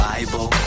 Bible